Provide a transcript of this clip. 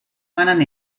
manen